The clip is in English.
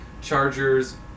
Chargers